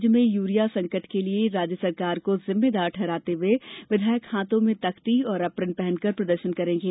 राज्य में यूरिया संकट के लिए राज्य सरकार को जिम्मेदार ठहराते हुए विधायक हाथों मे तख्ती और ऐप्रिन पहनकर प्रदर्शन करेंगें